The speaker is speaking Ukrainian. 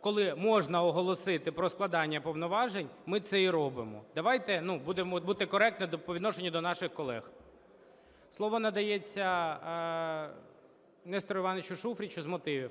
коли можна оголосити про складення повноважень, ми це і робимо. Давайте будемо коректними по відношенню до наших колег. Слово надається Нестору Івановичу Шуфричу з мотивів.